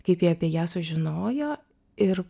kaip jie apie ją sužinojo ir